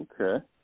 Okay